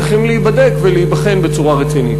צריכים להיבדק ולהיבחן בצורה רצינית.